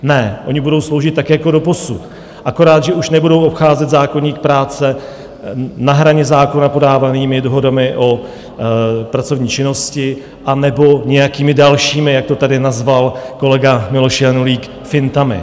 Ne, oni budou sloužit tak jako doposud, akorát že už nebudou obcházet zákoník práce na hraně zákona podávanými dohodami o pracovní činnosti anebo nějakými dalšími, jak to tady nazval kolega Miloš Janulík, fintami.